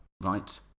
right